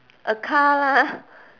a car lah